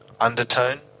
undertone